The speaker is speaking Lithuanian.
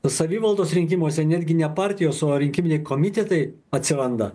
savivaldos rinkimuose netgi ne partijos o rinkiminiai komitetai atsiranda